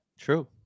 true